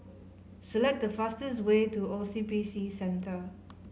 select the fastest way to O C B C Centre